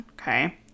okay